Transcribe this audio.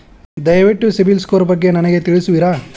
ದಯವಿಟ್ಟು ಸಿಬಿಲ್ ಸ್ಕೋರ್ ಬಗ್ಗೆ ನನಗೆ ತಿಳಿಸುವಿರಾ?